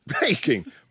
baking